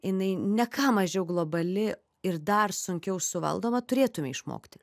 jinai ne ką mažiau globali ir dar sunkiau suvaldoma turėtume išmokti